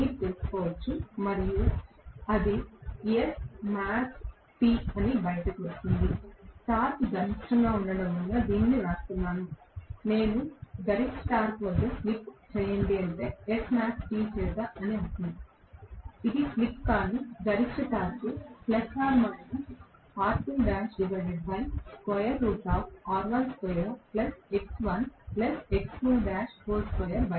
మీరు తెలుసుకోవచ్చు మరియు అది SmaxT అని బయటకు వస్తుంది టార్క్ గరిష్టంగా ఉన్నందున నేను దీనిని వ్రాస్తున్నాను నేను గరిష్ట టార్క్ వద్ద స్లిప్ చేయండి అంటే SmaxT చేత అని అర్ధం ఇది స్లిప్ కానీ గరిష్ట టార్క్ బయటకు వస్తుంది